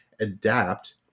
adapt